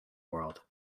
world